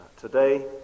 today